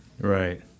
Right